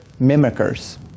mimickers